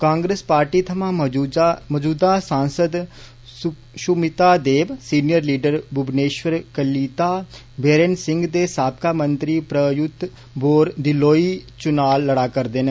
Congress party थमां मौजूदा सांसद सुशमिता देव सीनियर लीडर भुवनेष्वर कलीता बेरेन सिंह ते साबका मंत्री प्रदयुत बोर डिलोई चुना लड़ करदे न